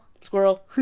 Squirrel